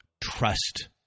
trust